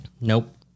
Nope